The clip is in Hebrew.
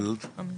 בבקשה.